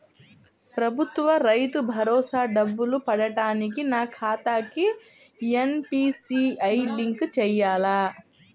ప్రభుత్వ రైతు భరోసా డబ్బులు పడటానికి నా ఖాతాకి ఎన్.పీ.సి.ఐ లింక్ చేయాలా?